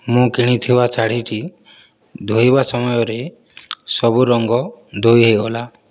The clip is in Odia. ମୁଁ କିଣିଥିବା ଶାଢ଼ୀଟି ଧୋଇବା ସମୟରେ ସବୁ ରଙ୍ଗ ଧୋଇ ହୋଇଗଲା